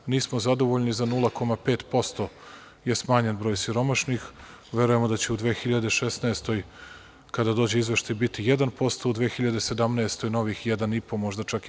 Nismo zadovoljni, za 0,5% je smanjen broj siromašnih, verujemo da će u 2016. godini kada dođe izveštaj biti 1%, u 2017. godini novih 1,5% možda čak i 2%